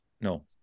No